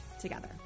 together